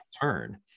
turn